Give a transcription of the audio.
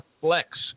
flex